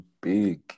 big